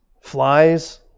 Flies